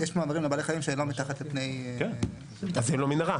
יש מעברים לבעלי חיים שהם לא מתחת לפני --- אז היא לא מנהרה.